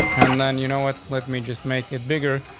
and then you know what? let me just make it bigger.